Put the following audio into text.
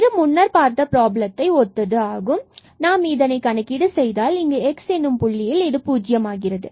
இது முன்னர் பார்த்த ப்ராப்ளத்தை ஒத்தது ஆகும் மற்றும் நாம் இதை கணக்கீடு செய்தால் இங்குx எனும் புள்ளியில் இது பூஜ்ஜியம் ஆகிறது